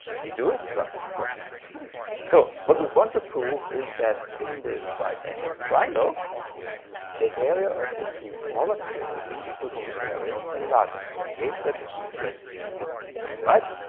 you do? well of course you do so what we want to prove is that in this right angled triangle the area of the two smaller squares is equal to the area of the larger square a squared plus b squared equals c squared. right?